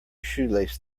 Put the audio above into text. shoelace